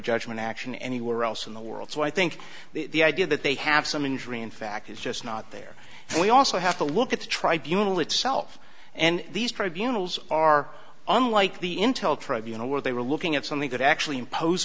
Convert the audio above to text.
judgment action anywhere else in the world so i think the idea that they have some injury in fact is just not there and we also have to look at the tribunals itself and these tribunals are unlike the intel tribunal where they were looking at something that actually impose